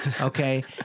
okay